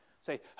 Say